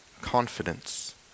confidence